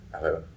Hello